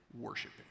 worshiping